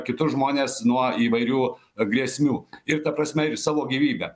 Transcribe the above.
kitus žmones nuo įvairių grėsmių ir ta prasme ir savo gyvybe